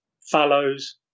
Fallows